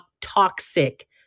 toxic